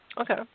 Okay